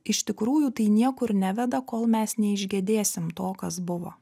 iš tikrųjų tai niekur neveda kol mes neišgedėsim to kas buvo